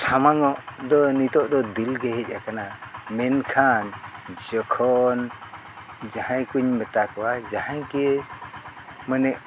ᱥᱟᱢᱟᱝ ᱫᱚ ᱱᱤᱛᱚᱜ ᱫᱚ ᱫᱤᱞ ᱜᱮ ᱦᱮᱡ ᱟᱠᱟᱱᱟ ᱢᱮᱱᱠᱷᱟᱱ ᱡᱚᱠᱷᱚᱱ ᱡᱟᱦᱟᱸᱭ ᱠᱚᱧ ᱢᱮᱛᱟ ᱠᱚᱣᱟ ᱡᱟᱦᱟᱭ ᱜᱮ ᱢᱟᱱᱮ